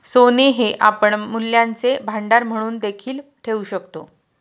सोने हे आपण मूल्यांचे भांडार म्हणून देखील ठेवू शकतो